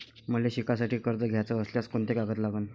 मले शिकासाठी कर्ज घ्याचं असल्यास कोंते कागद लागन?